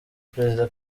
perezida